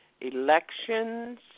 elections